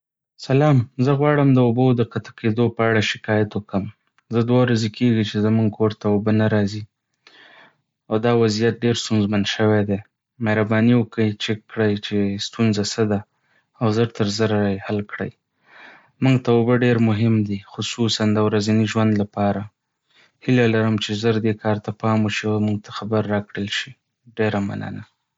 سلام، زه غواړم د اوبو د قطع کېدو په اړه شکایت وکړم. زه دوه ورځې کیږي چې زموږ کور ته اوبه نه راځي، او دا وضعیت ډېر ستونزمن شوی دی. مهرباني وکړئ چیک وکړئ چې ستونزه څه ده او ژر تر ژره یې حل کړئ. موږ ته اوبه ډېر مهم دي، خصوصاً د ورځني ژوند لپاره. هیله لرم چې ژر دې کار ته پام وشي او موږ ته خبر راکړل شي. ډېره مننه.